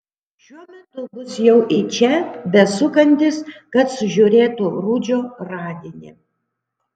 šiuo metu bus jau į čia besukantis kad sužiūrėtų rudžio radinį